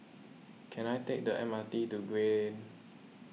can I take the M R T to Gray